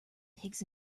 pigs